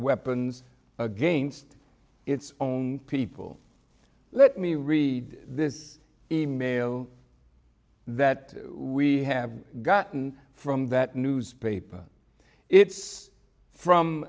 weapons against its own people let me read this e mail that we have gotten from that newspaper it's from